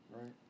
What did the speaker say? right